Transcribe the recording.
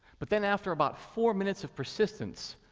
but then, after about four minutes of persistence,